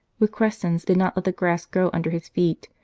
requesens did not let the grass grow under his feet,